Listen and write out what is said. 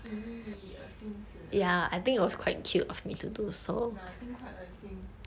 !ee! 恶心死了 no I think quite 恶心